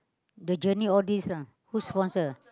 the journey all these ah who sponsor